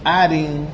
adding